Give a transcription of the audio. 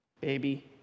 Baby